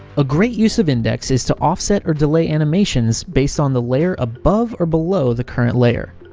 a great use of index is to offset or delay animations based on the layer above or below the current layer.